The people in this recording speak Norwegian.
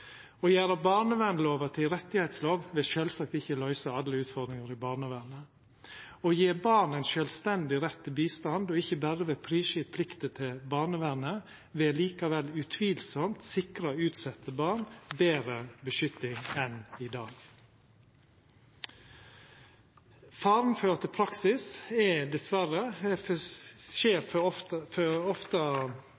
å fortelja historia si. Å gjera barnevernlova til ei rettslov vil sjølvsagt ikkje løysa alle utfordringane i barnevernet. Å gje barn ein sjølvstendig rett til hjelp og ikkje berre vera prisgjevne plikta til barnevernet vil likevel utan tvil sikra utsette barn betre vern enn i dag. Faren er at det i praksis dessverre for